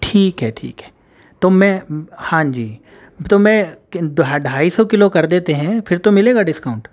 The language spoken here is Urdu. ٹھیک ہے ٹھیک ہے تو میں ہاں جی تو میں ڈھائی سو کلو کر دیتے ہیں پھر تو ملے گا ڈسکاؤنٹ